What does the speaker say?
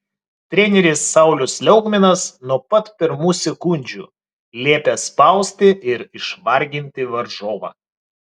treneris saulius liaugminas nuo pat pirmų sekundžių liepė spausti ir išvarginti varžovą